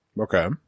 Okay